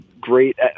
great